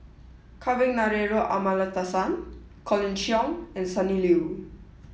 Kavignareru Amallathasan Colin Cheong and Sonny Liew